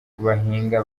bahinga